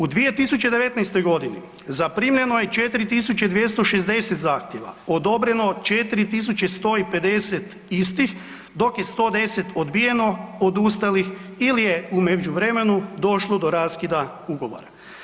U 2019. g. zaprimljeno je 4260 zahtjeva, odobreno 4150 istih, dok je 110 odbijeno, odustalih ili je u međuvremenu došlo do raskida ugovora.